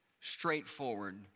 straightforward